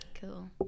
Cool